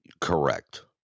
correct